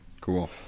cool